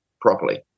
properly